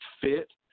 fit